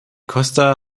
costa